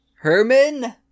Herman